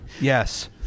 Yes